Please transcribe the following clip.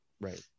Right